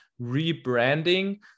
rebranding